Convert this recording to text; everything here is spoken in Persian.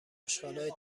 آشغالای